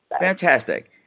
Fantastic